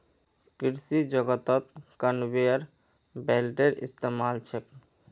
कृषि जगतत कन्वेयर बेल्टेर इस्तमाल छेक